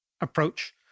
approach